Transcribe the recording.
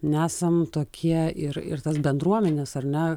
nesam tokie ir ir tas bendruomenės ar ne